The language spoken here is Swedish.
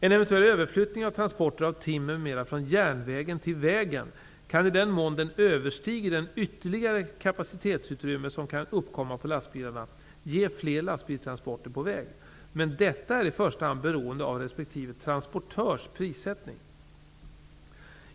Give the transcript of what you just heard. En eventuell överflyttning av transporter av timmer m.m. från järnvägen till vägen, kan i den mån den överstiger det ytterligare kapacitetsutrymme som kan uppkomma på lastbilarna, ge fler lastbilstransporter på väg, men detta är i första hand beroende av respektive transportörs prissättning.